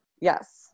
Yes